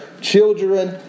children